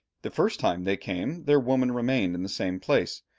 the first time they came their women remained in the same place,